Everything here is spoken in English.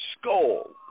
skull